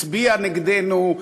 הצביע נגדנו,